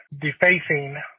defacing